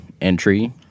entry